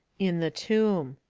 in the tomb,